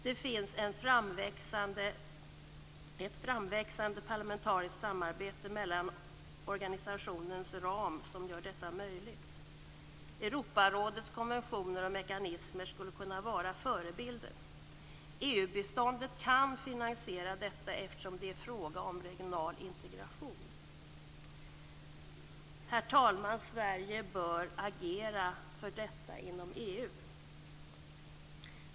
Det finns ett framväxande parlamentariskt samarbete inom organisationens ram som gör detta möjligt. Europarådets konventioner och mekanismer skulle kunna vara förebilder. EU-biståndet kan finansiera detta eftersom det är fråga om regional integration. Herr talman! Sverige bör agera för detta inom EU.